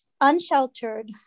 unsheltered